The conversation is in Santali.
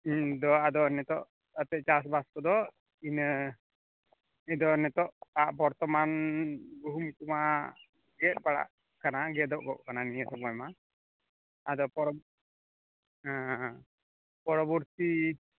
ᱤᱧ ᱫᱚ ᱟᱫᱚ ᱱᱤᱛᱚᱜ ᱮᱱᱛᱮᱫ ᱪᱟᱥ ᱵᱟᱥ ᱠᱚᱫᱚ ᱤᱱᱟᱹ ᱤᱧᱫᱚ ᱱᱤᱛᱚᱜᱼᱟᱜ ᱵᱚᱨᱛᱚᱢᱟᱱ ᱜᱩᱦᱩᱢ ᱠᱚᱢᱟ ᱜᱮᱫ ᱵᱟᱲᱟᱜ ᱠᱟᱱᱟ ᱜᱮᱫᱚᱜᱚᱜ ᱠᱟᱱᱟ ᱱᱤᱭᱟᱹ ᱥᱚᱢᱚᱭ ᱢᱟ ᱟᱫᱚ ᱯᱚᱨ ᱦᱮᱸ ᱯᱚᱨᱚᱵᱚᱨᱛᱤ